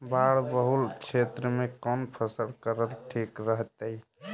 बाढ़ बहुल क्षेत्र में कौन फसल करल ठीक रहतइ?